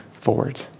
forward